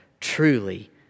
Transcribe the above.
truly